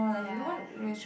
ya